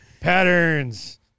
Patterns